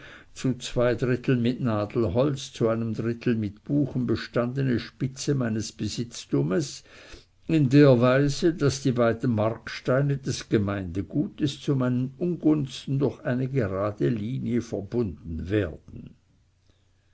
zu zwei dritteln mit nadelholz zu einem drittel mit buchen bestandene spitze meines besitztums in der weise daß die beiden marksteine des gemeindegutes zu meinen ungunsten durch eine gerade linie verbunden werden